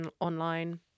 online